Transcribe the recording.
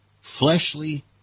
fleshly